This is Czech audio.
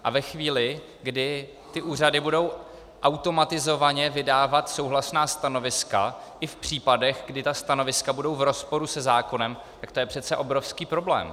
A ve chvíli, kdy úřady budou automatizovaně vydávat souhlasná stanoviska i v případech, kdy ta stanoviska budou v rozporu se zákonem, tak to je přece obrovský problém.